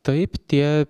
taip tie